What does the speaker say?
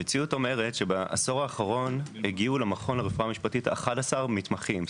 המציאות אומרות שבעשור האחרון הגיעו למכון לרפואה משפטית 11 מתמחים,